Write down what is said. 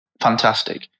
fantastic